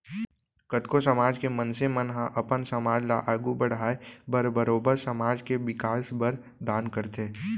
कतको समाज के मनसे मन ह अपन समाज ल आघू बड़हाय बर बरोबर समाज के बिकास बर दान करथे